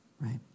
right